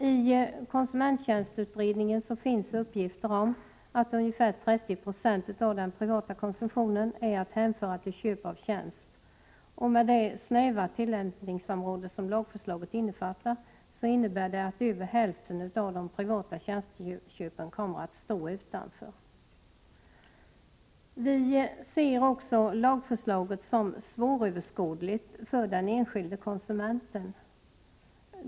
I konsumenttjänstutredningen finns uppgifter om att ungeför 30 76 av den privata konsumtionen är att hänföra till köp av tjänst. Med det snäva tillämpningsområde som lagförslaget innefattar innebär det att över hälften av de privata tjänsteköpen kommer att stå utanför. Vi ser också lagförslaget som svåröverskådligt för den enskilde konsumenten.